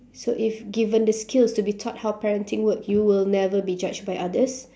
so if given the skill to be taught how parenting work you will never be judged by others